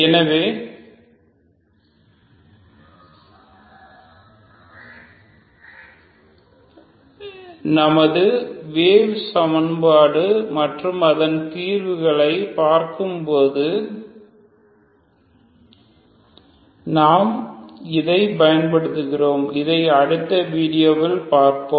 எனவே எங்கள் வேவ் சமன்பாடு மற்றும் அதன் தீர்வுகளைப் பார்க்கும் போது நாம் இதை பயன்படுத்துகிறோம் இதை அடுத்த வீடியோவில் பார்ப்போம்